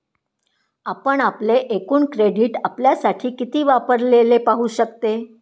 आपण आपले एकूण क्रेडिट आपल्यासाठी किती वापरलेले पाहू शकते